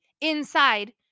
inside